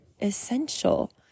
essential